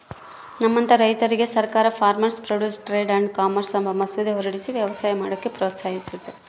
ನಮ್ಮಂತ ರೈತುರ್ಗೆ ಸರ್ಕಾರ farmers produce trade and commerce ಅಂಬ ಮಸೂದೆ ಹೊರಡಿಸಿ ವ್ಯವಸಾಯ ಮಾಡಾಕ ಪ್ರೋತ್ಸಹಿಸ್ತತೆ